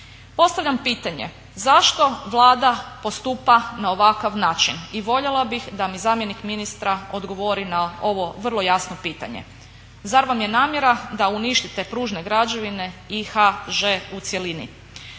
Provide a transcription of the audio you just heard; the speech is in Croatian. Postavljam pitanje zašto Vlada postupa na ovakav način i voljela bih da mi zamjenik ministra odgovori na ovo vrlo jasno pitanje. Zar vam je namjera da uništite pružne građevine i HŽ u cjelini.